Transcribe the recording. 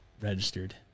registered